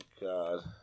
God